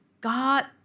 God